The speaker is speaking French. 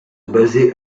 basé